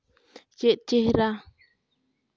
ᱪᱮᱫ ᱪᱮᱦᱨᱟ